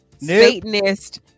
Satanist